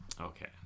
okay